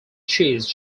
cheese